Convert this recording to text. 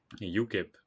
UKIP